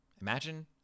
imagine